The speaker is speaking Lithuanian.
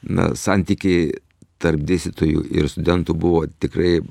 na santykiai tarp dėstytojų ir studentų buvo tikrai